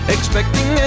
Expecting